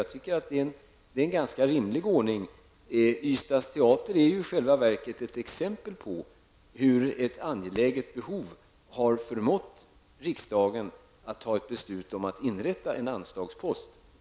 Jag anser att detta är en ganska rimlig ordning. Ystads teater är i själva verket ett exempel på hur ett angeläget behov har förmått riksdagen att inrätta en anslagpost.